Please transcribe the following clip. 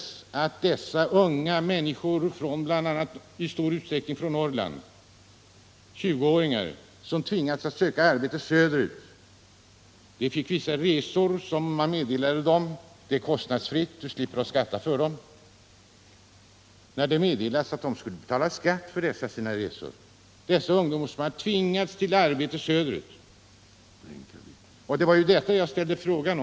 Unga människor, 20 åringar i stor utsträckning från Norrland, som hade tvingats söka arbete söderut, hade fått vissa gratisresor. De hade fått uppgift om att de resorna inte skulle beskattas. Men plötsligt kom meddelandet att dessa ungdomar som hade tvingats till arbete söderut skulle betala skatt för sina resor.